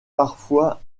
parfois